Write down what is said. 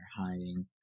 hiding